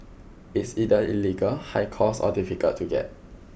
it's either illegal high cost or difficult to get